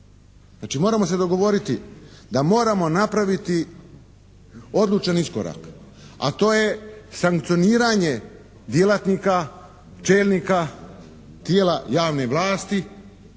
moramo se dogovoriti da moramo napraviti odlučan iskorak, a to je sankcioniranje djelatnika, čelnika tijela javne vlasti